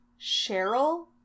Cheryl